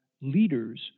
leaders